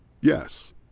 Yes